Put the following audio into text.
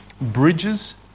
bridges